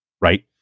right